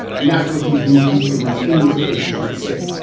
and that's what these news consumers in these places would say.